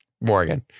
Morgan